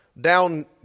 down